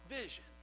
vision